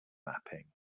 mapping